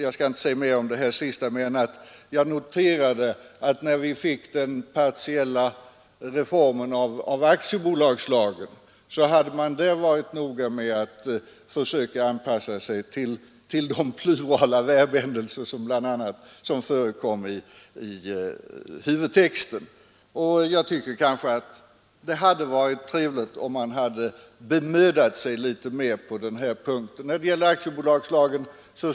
Jag skall inte säga mer om det här sista än att jag noterade att när vi fick den partiella reformen av aktiebolagslagen hade man varit noga med att försöka anpassa sig till det språkbruk som förekom i huvudtexten. Jag tycker nog att det hade varit trevligt, om man hade bemödat sig litet mer på den här punkten även i äktenskapslagstiftningen.